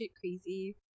crazy